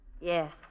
Yes